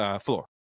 floor